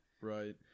Right